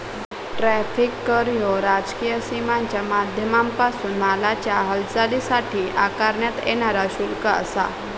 tariff कर ह्यो राजकीय सीमांच्या माध्यमांपासून मालाच्या हालचालीसाठी आकारण्यात येणारा शुल्क आसा